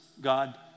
God